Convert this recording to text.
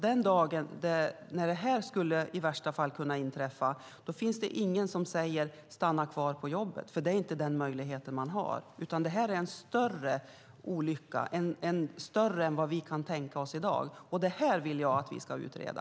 Det dagen det värsta inträffar tror jag inte att någon säger åt en att stanna kvar på jobbet, för den möjligheten har man inte då. Det här handlar om en större olycka än vi kan tänka oss i dag, och detta vill jag att vi ska utreda.